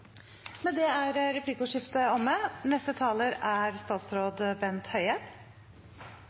Med det er replikkordskiftet omme.